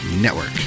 network